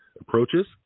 approaches